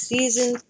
Season